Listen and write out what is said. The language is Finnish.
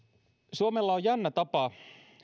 suomella on jännä tapa